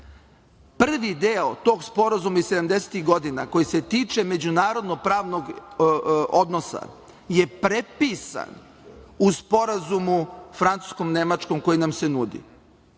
Prvi deo tog sporazuma iz sedamdesetih godina, koji se tiče međunarodnog pravnog odnosa je prepisan u sporazumu francusko-nemačkom koji nam se nudi.